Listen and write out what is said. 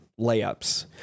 layups